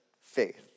faith